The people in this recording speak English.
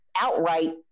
outright